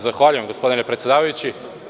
Zahvaljujem, gospodine predsedavajući.